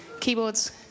keyboards